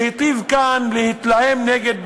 שהיטיב כאן להתלהם נגד,